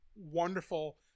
wonderful